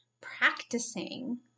practicing